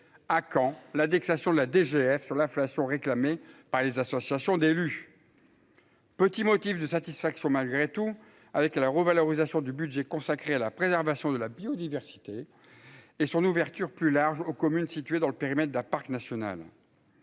à quand la décoration de la DGF sur l'inflation, réclamée par les associations d'élus. Petit motif de satisfaction malgré tout avec la revalorisation du budget consacré à la préservation de la biodiversité et son ouverture plus large aux communes situées dans le périmètre d'un parc national,